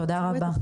תודה רבה.